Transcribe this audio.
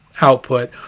output